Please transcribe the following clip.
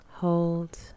Hold